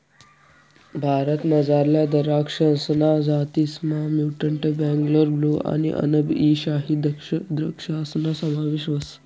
भारतमझारल्या दराक्षसना जातीसमा म्युटंट बेंगलोर ब्लू आणि अनब ई शाही द्रक्षासना समावेश व्हस